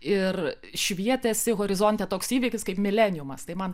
ir švietėsi horizonte toks įvykis kaip mileniumas tai man